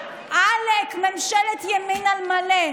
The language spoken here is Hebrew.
עלק ממשלת ימין על מלא,